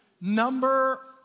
Number